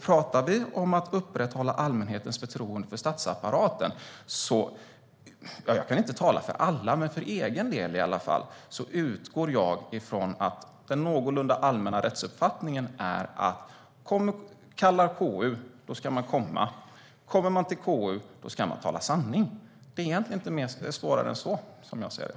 Pratar vi om att upprätthålla allmänhetens förtroende för statsapparaten - jag kan inte tala för alla men för egen del - utgår jag från att den någorlunda allmänna rättsuppfattningen är: Kallar KU ska man komma, och kommer man till KU ska man tala sanning. Det är egentligen inte svårare än så, som jag ser det.